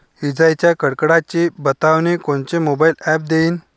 इजाइच्या कडकडाटाची बतावनी कोनचे मोबाईल ॲप देईन?